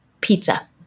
pizza